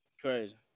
Crazy